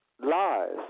lies